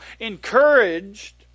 encouraged